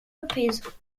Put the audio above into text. reprises